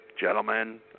Gentlemen